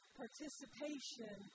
participation